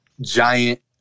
giant